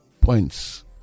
points